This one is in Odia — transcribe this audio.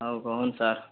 ଆଉ କହୁନ୍ ସାର୍